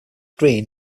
green